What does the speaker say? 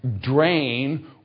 drain